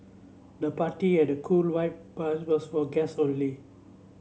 the party had a cool vibe but was for guest only